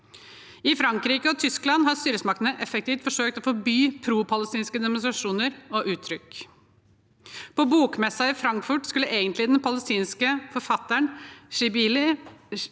I Frankrike og Tyskland har styresmaktene effektivt forsøkt å forby propalestinske demonstrasjoner og uttrykk. På bokmessen i Frankfurt skulle egentlig den palestinske forfatteren Shibli ha